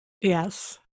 Yes